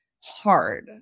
hard